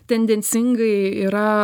tendencingai yra